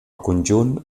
conjunt